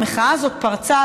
המחאה הזאת פרצה,